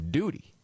duty